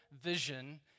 vision